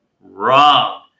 wrong